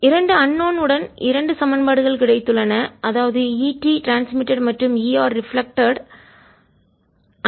இரண்டு அன்னோன் தெரியாத உடன் இரண்டு சமன்பாடுகள் கிடைத்துள்ளனஅதாவது ET ட்ரான்ஸ்மிட்டட் மற்றும் ER ரிஃப்ளெக்ட்டட் பிரதிபலித்தது